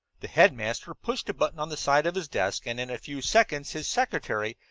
the headmaster pushed a button on the side of his desk and in a few seconds his secretary,